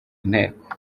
inteko